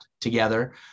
together